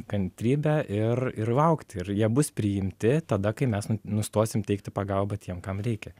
kantrybe ir ir laukti ir jie bus priimti tada kai mes nustosim teikti pagalbą tiem kam reikia